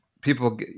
people